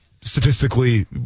statistically